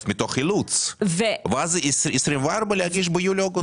מתוך אילוץ ואז ל-24' להגיש ביולי-אוגוסט.